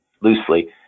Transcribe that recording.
loosely